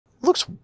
looks